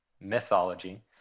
mythology